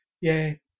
yay